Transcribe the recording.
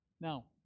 Now